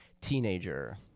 Teenager